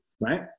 right